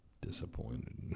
disappointed